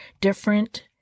different